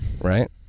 Right